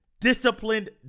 disciplined